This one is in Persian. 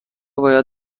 باید